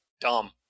dumb